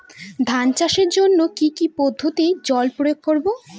ধান চাষের জন্যে কি কী পদ্ধতিতে জল প্রয়োগ করব?